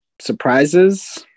Surprises